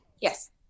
Yes